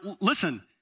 listen